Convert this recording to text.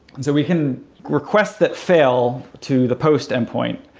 and so we can request that fail to the post endpoint.